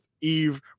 eve